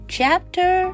Chapter